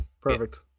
Perfect